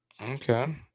Okay